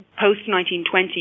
Post-1920